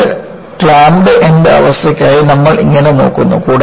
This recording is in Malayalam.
വിവിധ ക്ലാമ്പഡ് എൻഡ് അവസ്ഥയ്ക്കായി നമ്മൾ ഇത് നോക്കുന്നു